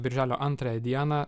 birželio antrąją dieną